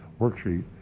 worksheet